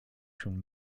się